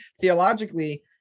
theologically